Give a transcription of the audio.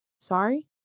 Sorry